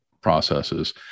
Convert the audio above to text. processes